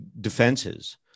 defenses